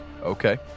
Okay